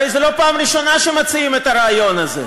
הרי זו לא פעם ראשונה שמציעים את הרעיון הזה,